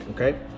okay